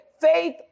faith